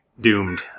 doomed